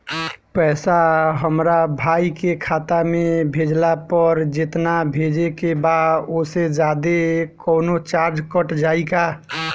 पैसा हमरा भाई के खाता मे भेजला पर जेतना भेजे के बा औसे जादे कौनोचार्ज कट जाई का?